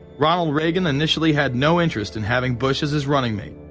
ronald reagan initially had no interest in having bush as his running mate.